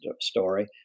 story